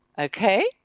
Okay